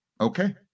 Okay